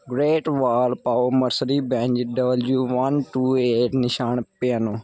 great Wall ਪਾਓ Mercedes Benz W one two eight Nissan piano